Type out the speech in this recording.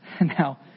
Now